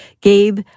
Gabe